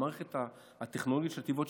המערכת הטכנולוגית של התביעות,